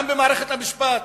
גם במערכת המשפט,